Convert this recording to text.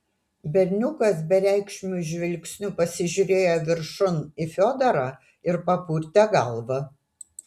berniukas bereikšmiu žvilgsniu pasižiūrėjo viršun į fiodorą ir papurtė galvą